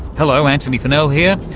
hello, antony funnell here,